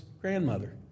grandmother